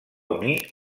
unir